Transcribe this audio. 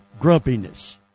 grumpiness